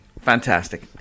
Fantastic